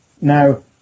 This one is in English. Now